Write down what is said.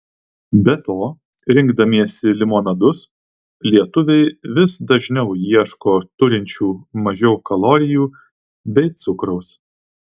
be to rinkdamiesi limonadus lietuviai vis dažniau ieško turinčių mažiau kalorijų bei cukraus